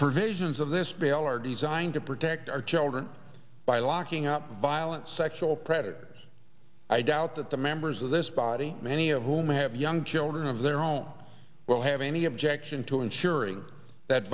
provisions of this bail are designed to protect our children by locking up violent sexual predators i doubt that the members of this body many of whom have young children of their own will have any objection to ensuring that